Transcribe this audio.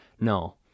No